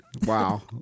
Wow